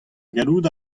gallout